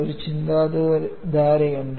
ഒരു ചിന്താധാരയുണ്ട്